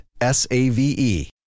S-A-V-E